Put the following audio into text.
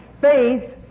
faith